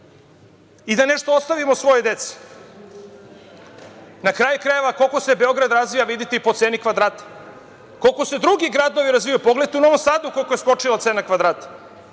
I da nešto ostavimo svojoj deci. Na kraju krajeva, koliko se Beograd razvija videćete po ceni kvadrata. Koliko se drugi gradovi razvijaju. Pogledajte u Novom Sadu koliko je skočila cena kvadrata